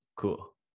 Cool